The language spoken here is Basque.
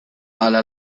ala